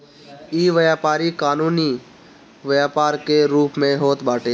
इ व्यापारी कानूनी व्यापार के रूप में होत बाटे